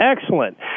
Excellent